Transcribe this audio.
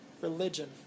religion